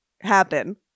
happen